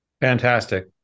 Fantastic